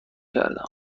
کردم